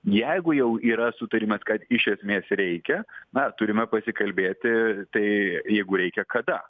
jeigu jau yra sutarimas kad iš esmės reikia na turime pasikalbėti tai jeigu reikia kada